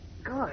Good